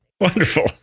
Wonderful